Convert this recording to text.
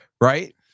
Right